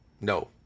No